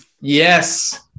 yes